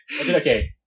Okay